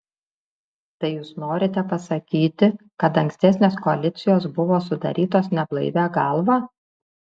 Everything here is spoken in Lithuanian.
tai jūs norite pasakyti kad ankstesnės koalicijos buvo sudarytos neblaivia galva